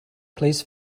please